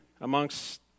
amongst